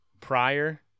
prior